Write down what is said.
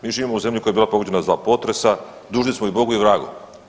Mi živimo u zemlji koja je bila pogođena sa dva potresa, dužni smo i bogu i vragu.